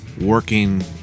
working